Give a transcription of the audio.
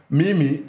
mimi